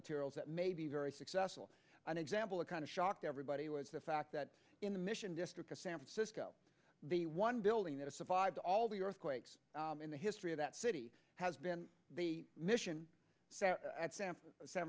materials that may be very successful an example of kind of shocked everybody was the fact that in the mission district of san francisco the one building that survived all the earthquakes in the history of that city has been the mission at san